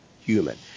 human